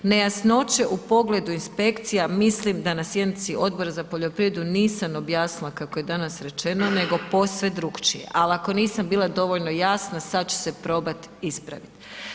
Nejasnoće u pogledu inspekcija mislim da na sjednici Odbora za poljoprivredu nisam objasnila kako je danas rečeno nego posve drukčije ali ako nisam bila dovoljno jasna, sad ču se probat ispraviti.